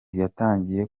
yatangiye